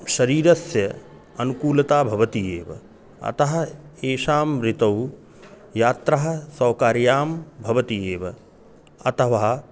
शरीरस्य अनुकूलता भवति एव अतः एषां ऋतौ यात्रा सौकार्या भवति एव अथवा